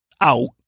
out